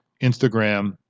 Instagram